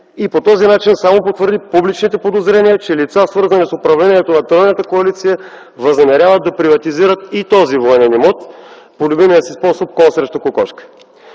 и по този начин само потвърди публичните подозрения, че лица, свързани с управлението на тройната коалиция, възнамеряват да приватизират и този военен имот по любимия си способ „кон срещу кокошка”.